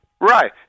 Right